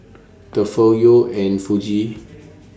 Tefal Yeo's and Fuji